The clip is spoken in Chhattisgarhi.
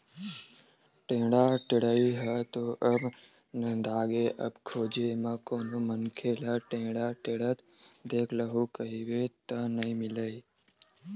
टेंड़ा टेड़ई ह तो अब नंदागे अब खोजे म कोनो मनखे ल टेंड़ा टेंड़त देख लूहूँ कहिबे त नइ मिलय